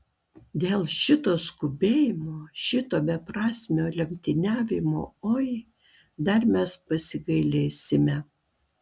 dėl šito skubėjimo šito beprasmio lenktyniavimo oi dar mes pasigailėsime